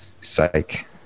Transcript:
Psych